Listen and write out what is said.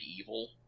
evil